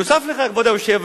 נוסף על כך, כבוד היושב-ראש,